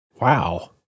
Wow